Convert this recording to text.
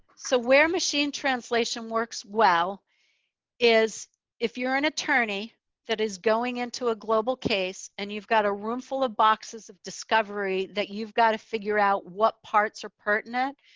so where machine translation works well is if you're an attorney that is going into a global case, and you've got a room full of boxes of discovery that you've got to figure out what parts are pertinent.